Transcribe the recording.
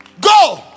Go